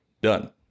Done